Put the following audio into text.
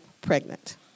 pregnant